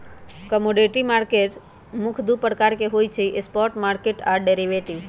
commodity market मुख्य दु प्रकार के होइ छइ स्पॉट मार्केट आऽ डेरिवेटिव